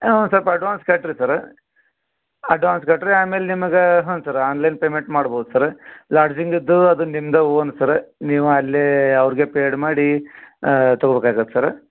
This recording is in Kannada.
ಹ್ಞೂ ಸ್ವಲ್ಪ ಅಡ್ವಾನ್ಸ್ ಕಟ್ಟಿರಿ ಸರ ಅಡ್ವಾನ್ಸ್ ಕಟ್ಟಿರಿ ಆಮೇಲೆ ನಿಮಗೆ ಹ್ಞೂ ಸರ್ ಆನ್ಲೈನ್ ಪೇಮೆಂಟ್ ಮಾಡ್ಬೋದು ಸರ ಲಾಡ್ಜಿಂಗದ್ದು ಅದು ನಿಮ್ದೇ ಓನ್ ಸರ ನೀವು ಅಲ್ಲೇ ಅವ್ರಿಗೆ ಪೇಡ್ ಮಾಡಿ ತಗೋಬೇಕಾಗತ್ತೆ ಸರ